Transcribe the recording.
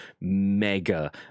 mega